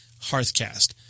HearthCast